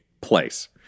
place